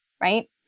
right